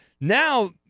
now